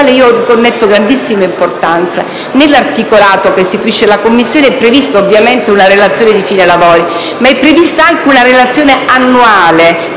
riconnetto grandissima importanza: nell'articolato che istituisce la Commissione è prevista ovviamente una relazione di fine lavori, ma è prevista anche una relazione annuale